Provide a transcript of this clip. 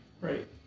Right